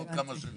בעוד כמה שנים.